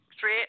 three